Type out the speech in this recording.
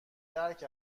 درک